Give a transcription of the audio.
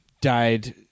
died